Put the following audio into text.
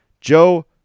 Joe